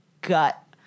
gut